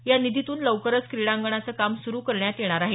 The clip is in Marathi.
या निधीतून लवकरच क्रीडांगणचं काम सुरु करण्यात येणार आहे